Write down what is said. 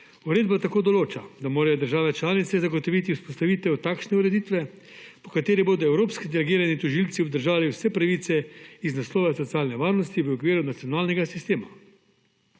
Uredba tako določa, da morajo države članice zagotoviti vzpostavitev takšne ureditve, po kateri bodo evropski delegirani tožilci obdržali vse pravice iz naslova socialne varnosti v okviru nacionalnega sistema.